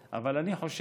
אבל אני כבר בשלבי הסיום.